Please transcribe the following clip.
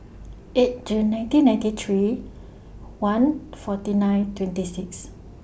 eight June nineteen ninety three one forty nine twenty six